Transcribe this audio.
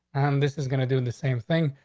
and this is gonna do and the same thing.